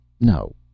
No